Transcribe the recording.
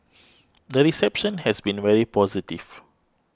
the reception has been very positive